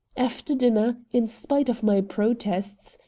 after dinner, in spite of my protests,